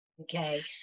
okay